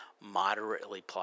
moderately